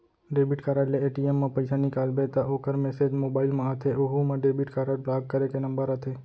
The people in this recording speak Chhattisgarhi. डेबिट कारड ले ए.टी.एम म पइसा निकालबे त ओकर मेसेज मोबाइल म आथे ओहू म डेबिट कारड ब्लाक करे के नंबर आथे